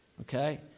Okay